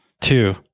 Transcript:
Two